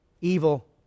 evil